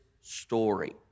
story